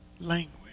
language